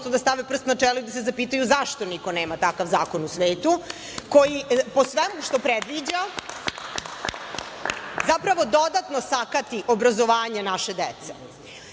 da stave prst na čelo i da se zapitaju zašto niko nema takav zakon u svetu, koji po svemu što predviđa zapravo dodatno sakati obrazovanje naše dece. Ako